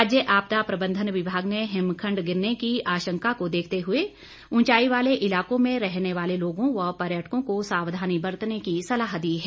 राज्य आपदा प्रबंधन विभाग ने हिमखंड गिरने की आशंका को देखते हुए ऊंचाई वाले इलाकों में रहने वाले लोगों व पर्यटकों को सावधानी बरतने की सलाह दी है